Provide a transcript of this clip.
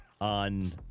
on